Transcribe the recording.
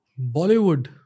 Bollywood